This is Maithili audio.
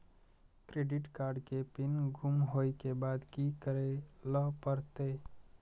क्रेडिट कार्ड के पिन गुम होय के बाद की करै ल परतै?